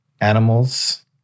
animals